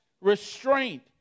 restraint